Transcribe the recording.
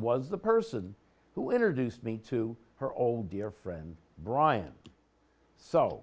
was the person who introduced me to her old dear friend brian so